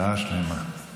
שעה שלמה.